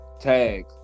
tag